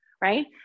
right